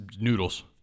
noodles